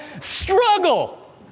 struggle